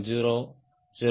0 0